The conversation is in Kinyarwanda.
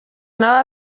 nawe